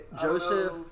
Joseph